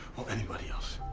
or anybody else.